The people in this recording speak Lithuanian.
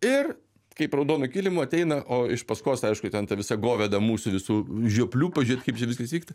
ir kaip raudonu kilimu ateina o iš paskos aišku ten ta visa govėda mūsų visų žioplių pažiūrėt kaip čia viskas vyksta